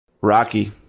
Rocky